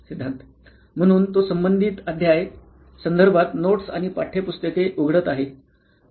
सिद्धार्थ म्हणून तो संबंधित अध्याय संदर्भात नोट्स आणि पाठ्यपुस्तके उघडत आहे